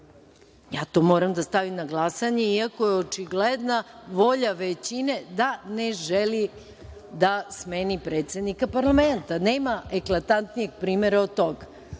ja to moram da stavim na glasanje, iako je očigledna volja većine da ne želi da smeni predsednika parlamenta. Nema eklatantnijeg primera od toga,